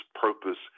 purpose